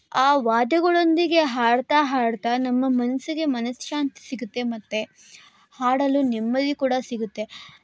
ಆ ವಾದ್ಯಗಳೊಂದಿಗೆ ಹಾಡ್ತಾ ಹಾಡ್ತಾ ನಮ್ಮ ಮನಸ್ಸಿಗೆ ಮನಶ್ಶಾಂತಿ ಸಿಗುತ್ತೆ ಮತ್ತು ಹಾಡಲು ನೆಮ್ಮದಿ ಕೂಡ ಸಿಗುತ್ತೆ